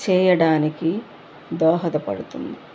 చేయడానికి దోహదపడుతుంది